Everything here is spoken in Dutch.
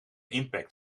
impact